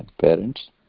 parents